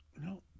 No